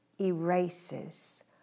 erases